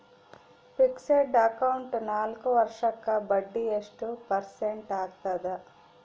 Fixed account ನಾಲ್ಕು ವರ್ಷಕ್ಕ ಬಡ್ಡಿ ಎಷ್ಟು ಪರ್ಸೆಂಟ್ ಆಗ್ತದ?